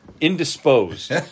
indisposed